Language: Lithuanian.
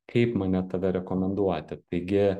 kaip mane tave rekomenduoti taigi